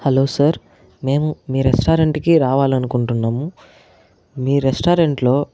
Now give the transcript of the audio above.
hello sir మేము మీ restaurant కి రావాలనుకుంటున్నాము మీ రెస్టారెంట్ లో